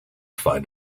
find